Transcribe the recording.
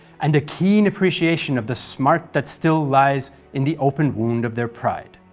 and a keen appreciation of the smart that still lies in the open wound of their pride.